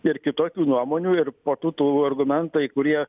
ir kitokių nuomonių ir po tų tų argumentai kurie